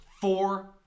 four